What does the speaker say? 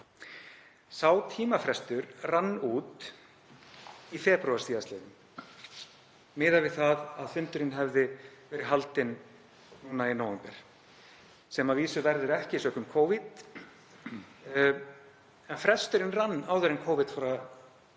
Sá tímafrestur rann út í febrúar síðastliðnum miðað við það að fundurinn hefði verið haldinn núna í nóvember, sem að vísu verður ekki sökum Covid en fresturinn rann út áður en Covid fór að